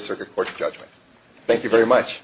circuit court judgment thank you very much